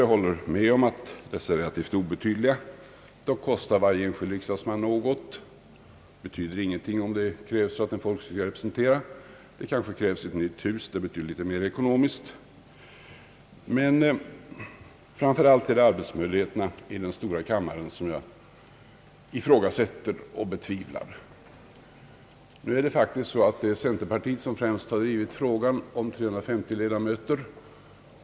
Jag håller med om att dessa är relativt obetydliga. Dock kostar varje enskild riksdagsman något. Det betyder ingenting om hans mandat krävts för folkrepresentationen. Men det kanske krävs ett nytt hus, och det betyder litet mera ekonomiskt. Framför allt är det emellertid arbetsmöjligheterna i den stora kammaren som jag ifrågasätter och betvivlar. Centerpartiet är faktiskt det parti som främst har drivit frågan om 350 ledamöter.